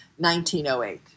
1908